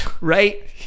Right